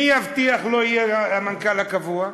מי יבטיח שיהיה המנכ"ל הקבוע?